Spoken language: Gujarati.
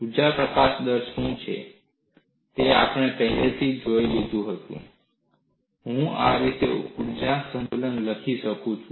ઊર્જા પ્રકાશન દર શું છે તે આપણે પહેલેથી જ જોઈ લીધું હોવાથી હું આ રીતે ઊર્જા સંતુલન લખી શકું છું